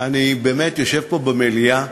אני באמת יושב פה במליאה,